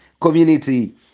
community